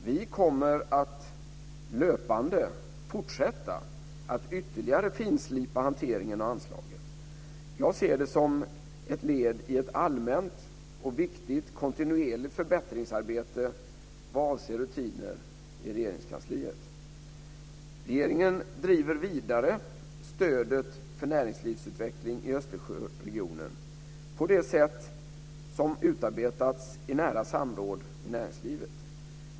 Vi kommer att löpande fortsätta att ytterligare finslipa hanteringen av anslaget. Jag ser det som ett led i ett allmänt och viktigt kontinuerligt förbättringsarbete vad avser rutiner i Regeringskansliet. Regeringen driver vidare stödet för näringslivsutveckling i Östersjöregionen på det sätt som utarbetats i nära samråd med näringslivet.